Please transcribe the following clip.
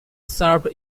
served